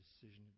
decision